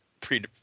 pre